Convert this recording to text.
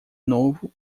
novo